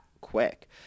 quick